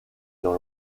dans